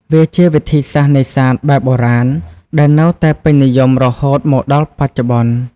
វាជាវិធីសាស្រ្តនេសាទបែបបុរាណ ដែលនៅតែពេញនិយមរហូតមកដល់បច្ចុប្បន្ន។